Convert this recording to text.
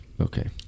Okay